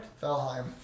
Valheim